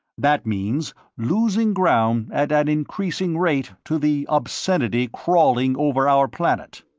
that means losing ground at an increasing rate to the obscenity crawling over our planet.